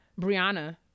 brianna